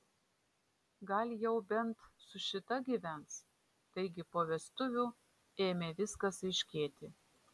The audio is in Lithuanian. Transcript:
gal jau bent su šita gyvens taigi po vestuvių ėmė viskas aiškėti